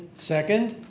second?